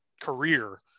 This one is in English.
career